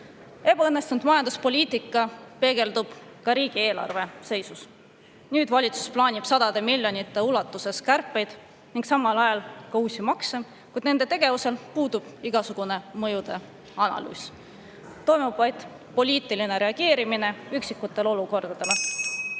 Ebaõnnestunud majanduspoliitika peegeldub ka riigieelarve seisus. Nüüd plaanib valitsus sadade miljonite ulatuses kärpeid ning samal ajal ka uusi makse, kuid nende tegevusel puudub igasugune mõjuanalüüs. Toimub vaid poliitiline reageerimine üksikutele olukordadele.